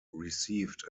received